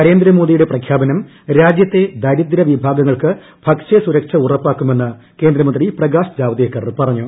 നരേന്ദ്ര മോദിയുട പ്രഖ്യാപനം രാജൃത്തെ ദരിദ്ര വിഭാഗങ്ങൾക്ക് ഭക്ഷ്യ സുരക്ഷ ഉറപ്പാക്കുമെന്ന് കേന്ദ്രമന്ത്രി പ്രകാശ് ജാവ്ദേക്കർ പറഞ്ഞു